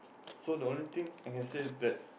so the only thing I can say that